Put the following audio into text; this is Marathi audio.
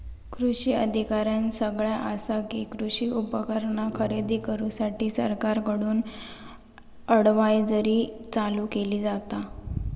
कृषी अधिकाऱ्यानं सगळ्यां आसा कि, कृषी उपकरणा खरेदी करूसाठी सरकारकडून अडव्हायजरी चालू केली जाता